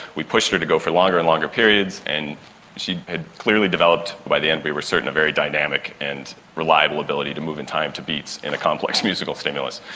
we pushed her to go for longer and longer periods, and she had clearly developed by the end, we were certain, a very dynamic and reliable ability to move in time to beats and a complex musical stimulus.